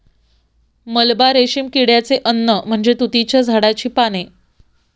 मलबा रेशीम किड्याचे अन्न म्हणजे तुतीच्या झाडाची पाने